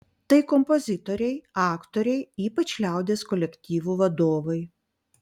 tai kompozitoriai aktoriai ypač liaudies kolektyvų vadovai